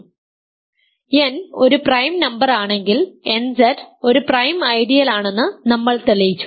അതിനാൽ n ഒരു prime നമ്പറാണെങ്കിൽ nZ ഒരു പ്രൈം ഐഡിയലാണെന്ന് നമ്മൾ തെളിയിച്ചു